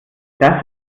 das